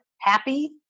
happy